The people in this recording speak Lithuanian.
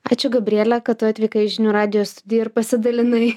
ačiū gabriele kad tu atvykai į žinių radijo studiją ir pasidalinai